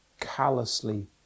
callously